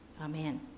Amen